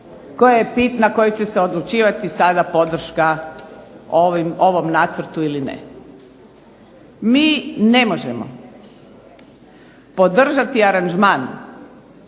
koja je bitna, koja će se odlučivati sada podrška ovom nacrtu ili ne. Mi ne možemo podržati aranžman